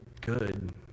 good